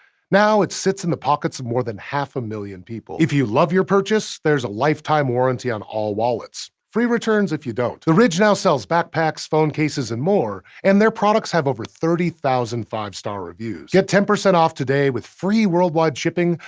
now it sits in the pockets of more than half a million people. if you love your purchase, there's a lifetime warranty on all wallets, free returns if you don't. the ridge now sells backpacks, phone cases, and more, and their products have over thirty thousand five-star reviews. get ten percent off today, with free worldwide shipping,